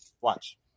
Watch